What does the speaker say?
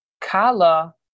kala